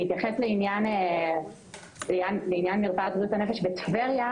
אני אתייחס לעניין מרפאת בריאות הנפש בטבריה: